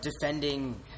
defending